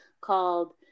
called